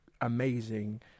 amazing